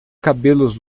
cabelos